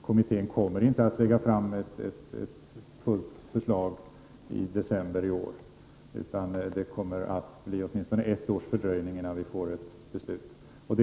Kommittén kommer inte att lägga fram ett färdigt förslag i december i år utan det kommer att bli åtminstone ett års fördröjning innan vi får ett beslut. Det